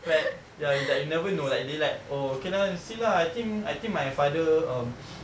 like ya it's like you never know like they like oh okay lah see lah I think I think my father um